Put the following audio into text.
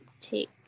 take